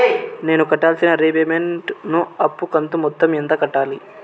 నేను కట్టాల్సిన రీపేమెంట్ ను అప్పు కంతు మొత్తం ఎంత కట్టాలి?